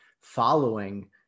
following